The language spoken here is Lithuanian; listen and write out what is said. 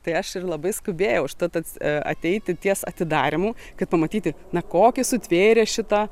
tai aš ir labai skubėjau užtat ats ateiti ties atidarymu kad pamatyti na kokį sutvėrė šitą